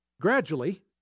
Gradually